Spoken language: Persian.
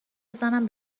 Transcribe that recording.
بزنم